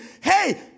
hey